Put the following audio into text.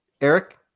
Eric